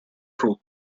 fruit